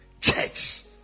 church